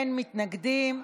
אין מתנגדים,